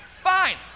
Fine